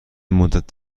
مدت